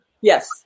Yes